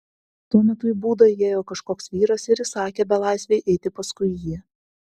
tuo metu į būdą įėjo kažkoks vyras ir įsakė belaisvei eiti paskui jį